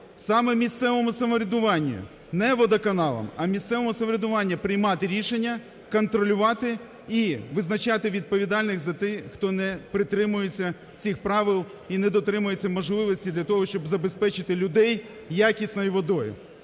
саме місцевому самоврядуванню, не водоканалам, а місцевому самоврядуванню приймати рішення, контролювати і визначати відповідальних за те, хто не притримується цих правил і не дотримується можливості для того, щоб забезпечити людей якісною водою.